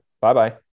Bye-bye